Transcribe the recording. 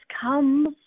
comes